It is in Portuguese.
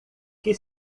que